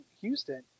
Houston